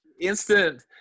Instant